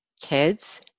kids